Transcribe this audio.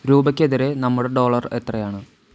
രൂപയ്ക്കെതിരെ നമ്മുടെ ഡോളർ എത്രയാണ്